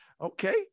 Okay